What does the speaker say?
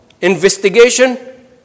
investigation